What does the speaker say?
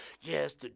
yes